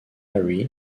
mary